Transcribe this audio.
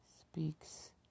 speaks